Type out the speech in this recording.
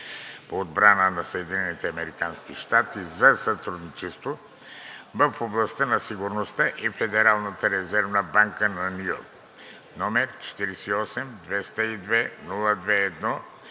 по отбрана на САЩ за сътрудничество в областта на сигурността и Федералната резервна банка на Ню Йорк, № 48-202-02-1,